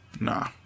nah